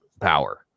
power